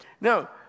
Now